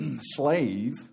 slave